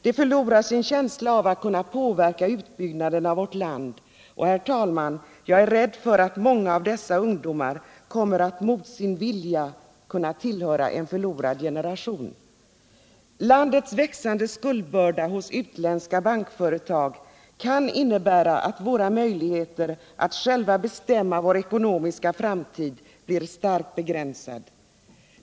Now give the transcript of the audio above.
De förlorar sin känsla av att kunna påverka utbyggnaden av vårt land, och jag är rädd, herr talman, för att många av dessa ungdomar kommer att mot sin vilja tillhöra en förlorad generation. Landets växande skuldbörda hos utländska bankföretag kan innebära att våra möjligheter att själva bestämma vår ekonomiska framtid blir starkt begränsade.